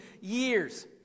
years